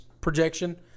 projection